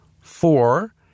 four